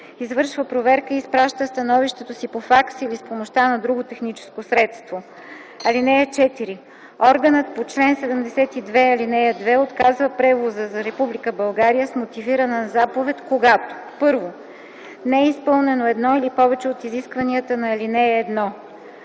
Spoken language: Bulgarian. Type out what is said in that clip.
извършва проверка и изпраща становището си по факс или с помощта на друго техническо средство. (4) Органът по чл. 72, ал. 2 отказва превоза за Република България с мотивирана заповед, когато: 1. не е изпълнено едно или повече от изискванията на ал. 1;